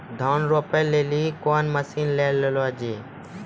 धान रोपे लिली कौन मसीन ले लो जी?